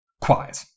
Quiet